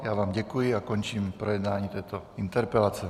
Já vám děkuji a končím projednávání této interpelace.